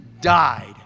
died